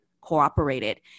cooperated